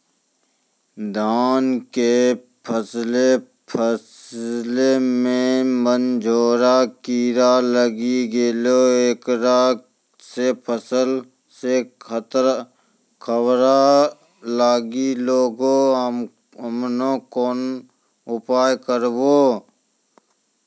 धान के फसलो मे बनझोरा कीड़ा लागी गैलै ऐकरा से फसल मे उखरा लागी गैलै हम्मे कोन उपाय करबै?